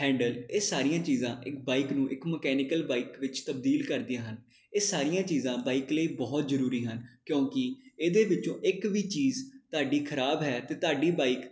handle ਇਹ ਸਾਰੀਆਂ ਚੀਜ਼ਾਂ ਇੱਕ ਬਾਈਕ ਨੂੰ ਇੱਕ ਮਕੈਨੀਕਲ ਬਾਈਕ ਵਿੱਚ ਤਬਦੀਲ ਕਰਦੀਆਂ ਹਨ ਇਹ ਸਾਰੀਆਂ ਚੀਜ਼ਾਂ ਬਾਈਕ ਲਈ ਬਹੁਤ ਜ਼ਰੂਰੀ ਹਨ ਕਿਉਂਕਿ ਇਹਦੇ ਵਿੱਚੋਂ ਇੱਕ ਵੀ ਚੀਜ਼ ਤੁਹਾਡੀ ਖ਼ਰਾਬ ਹੈ ਤਾਂ ਤੁਹਾਡੀ ਬਾਈਕ